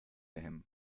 him